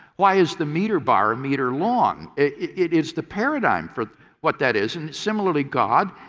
why is the meter bar a meter long? it is the paradigm for what that is. and similarly, god,